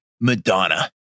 Madonna